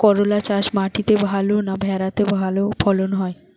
করলা চাষ মাটিতে ভালো না ভেরাতে ভালো ফলন হয়?